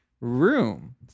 room